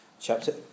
Chapter